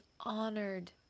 honored